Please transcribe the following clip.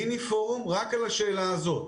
יש מיני פורום רק על השאלה הזאת.